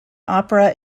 opera